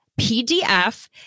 PDF